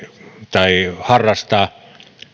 tai harrastaa